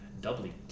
doubly